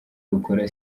rukora